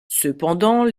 cependant